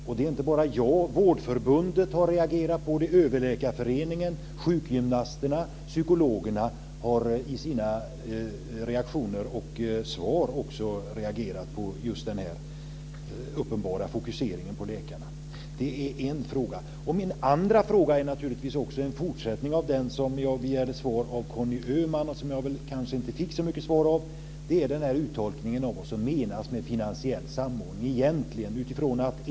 Och det är inte bara jag som tycker det. Vårdförbundet, Överläkareföreningen, sjukgymnasterna och psykologerna har i sina remissvar reagerat över denna uppenbara fokusering på läkarna. Det är min ena fråga. Min andra fråga är en fortsättning på den fråga som jag begärde svar på av Conny Öhman, men som jag kanske inte fick så mycket svar på. Det gäller uttolkningen av vad som egentligen menas med finansiell samordning.